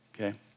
okay